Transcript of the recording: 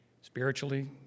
spiritually